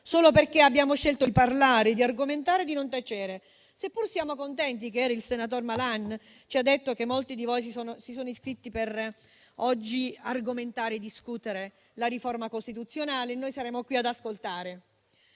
solo perché abbiamo scelto di parlare, di argomentare e di non tacere. Eppure, siamo contenti che ieri il senatore Malan ci abbia detto che molti di voi si sono iscritti oggi per argomentare e discutere la riforma costituzionale, perché noi saremo qui ad ascoltare.